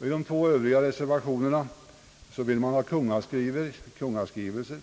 I de två andra reservationerna vill man ha kungaskrivelser.